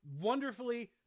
wonderfully